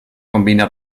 combina